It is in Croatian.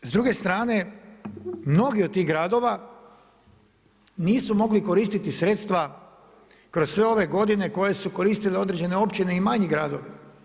Ali, s druge strane, mnogi od tih gradova, nisu mogli koristiti sredstva kroz sve ove godine, koje su koristile određene općine i manji gradovi.